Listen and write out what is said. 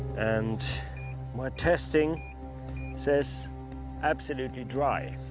and my testing says absolutely dry.